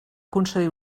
concedir